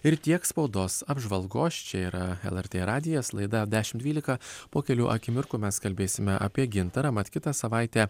ir tiek spaudos apžvalgos čia yra lrt radijas laida dešim dvylika po kelių akimirkų mes kalbėsime apie gintarą mat kitą savaitę